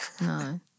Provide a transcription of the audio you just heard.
no